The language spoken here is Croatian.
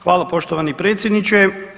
Hvala poštovani predsjedniče.